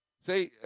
Say